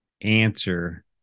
answer